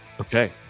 okay